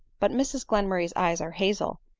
but mrs glenmurray's eyes are hazel,